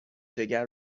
جگر